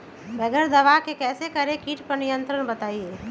बगैर दवा के कैसे करें कीट पर नियंत्रण बताइए?